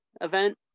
Event